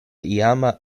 iama